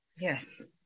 Yes